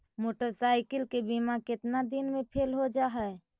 Motorcycle के बिमा केतना दिन मे फेल हो जा है?